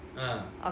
uh